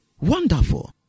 Wonderful